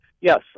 Yes